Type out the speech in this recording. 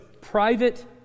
private